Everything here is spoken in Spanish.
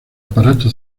aparato